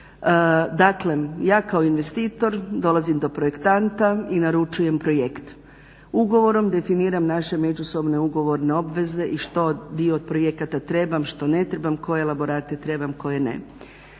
Dakle, ja kao investitor dolazim do projektanta i naručujem projekt, ugovorom definiram naše međusobne ugovorne obveze i što dio projekata trebam, što ne trebam, koje elaborate trebam, koje ne.